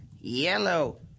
Yellow